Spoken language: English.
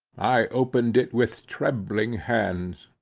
i opened it with trembling hands.